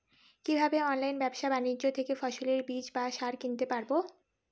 কীভাবে অনলাইন ব্যাবসা বাণিজ্য থেকে ফসলের বীজ বা সার কিনতে পারবো?